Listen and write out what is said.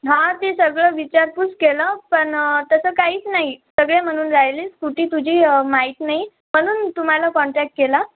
हा ते सगळं विचारपूस केलं पण तसं काहीच नाही सगळे म्हणून राहिले स्कूटी तुझी माहीत नाही म्हणून तुम्हाला काॅन्टॅक्ट केला